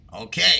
Okay